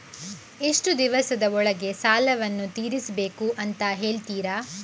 ಎಷ್ಟು ದಿವಸದ ಒಳಗೆ ಸಾಲವನ್ನು ತೀರಿಸ್ಬೇಕು ಅಂತ ಹೇಳ್ತಿರಾ?